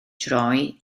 droi